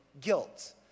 guilt